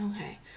okay